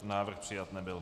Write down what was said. Návrh přijat nebyl.